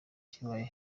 kiba